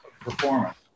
performance